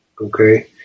okay